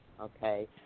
okay